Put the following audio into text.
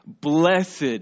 Blessed